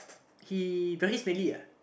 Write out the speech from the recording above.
he really smelly uh